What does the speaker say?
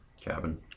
Cabin